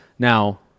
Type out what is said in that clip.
Now